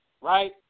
right